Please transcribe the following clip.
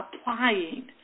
applying